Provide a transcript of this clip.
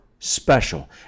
special